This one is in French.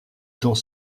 dont